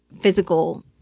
physical